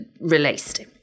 released